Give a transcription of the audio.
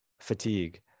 fatigue